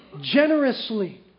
generously